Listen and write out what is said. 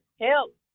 Help